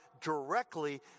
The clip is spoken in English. directly